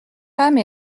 femme